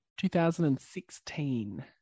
2016